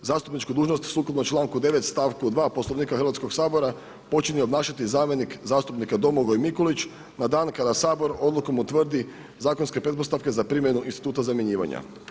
Zastupničku dužnost sukladno članku 9. stavku 2. Poslovnika Hrvatskog sabora počinje obnašati zamjenik zastupnika Domagoj Mikulić na dan kada Sabor odlukom utvrdi zakonske pretpostavke za primjenu instituta zamjenjivanja.